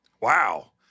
Wow